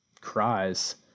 cries